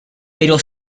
pero